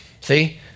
See